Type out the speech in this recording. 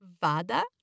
vada